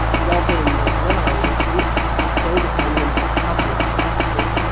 robbing the world of wit bestowed upon him for public purposes,